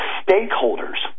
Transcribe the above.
stakeholders